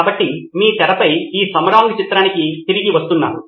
కాబట్టి మీ తెరపై ఈ సమరాంగ్ చిత్రానికి తిరిగి వస్తున్నారు